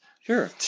sure